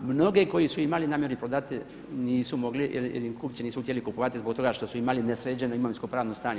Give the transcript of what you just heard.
Mnoge koje su imali namjeru prodati nisu mogli jer im kupci nisu htjeli kupovati zbog toga što su imali nesređeno imovinsko-pravno stanje.